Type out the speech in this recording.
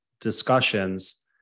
discussions